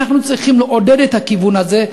ואנחנו צריכים לעודד את הכיוון הזה,